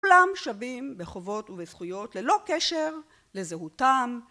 כולם שווים בחובות ובזכויות ללא קשר לזהותם